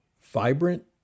vibrant